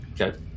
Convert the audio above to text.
Okay